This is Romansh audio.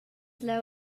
leu